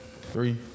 Three